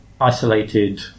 isolated